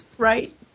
Right